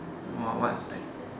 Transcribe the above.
!wah! what aspect